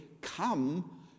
come